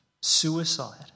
suicide